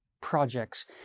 projects